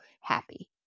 happy